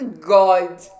God